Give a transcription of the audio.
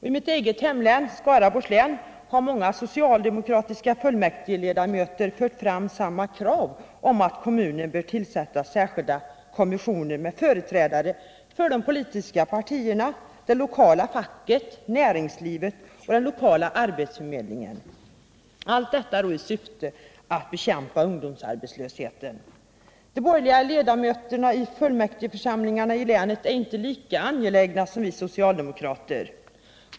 I mitt eget hemlän, Skaraborgs län, har många socialdemokratiska fullmäktigeledamöter fört fram samma krav på att kommunerna bör tillsätta särskilda kommissioner med företrädare för de politiska partierna, det lokala facket, näringslivet och den lokala arbetsförmedlingen — allt i syfte att bekämpa ungdomsarbetslösheten. De borgerliga ledamöterna i fullmäktigeförsamlingarna i länet är inte lika angelägna som vi socialdemokrater.